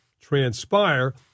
transpire